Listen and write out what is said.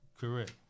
correct